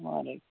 وعلیکُم